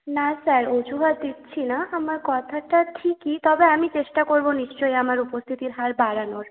না স্যার অজুহাত দিচ্ছি না আমার কথাটা ঠিকই তবে আমি চেষ্টা করব নিশ্চয়ই আমার উপস্থিতির হার বাড়ানোর